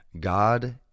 God